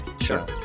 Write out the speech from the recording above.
Sure